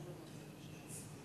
רבותי חברי הכנסת,